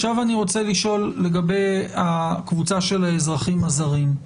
עכשיו אני רוצה לשאול לגבי הקבוצה של האזרחים הזרים.